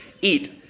eat